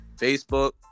Facebook